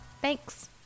Thanks